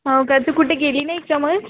हो का तर कुठे गेली नाही का मग